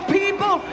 people